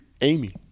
Amy